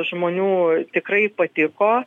žmonių tikrai patiko